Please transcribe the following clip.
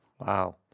Wow